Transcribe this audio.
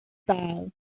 style